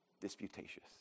disputatious